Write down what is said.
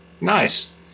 Nice